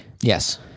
Yes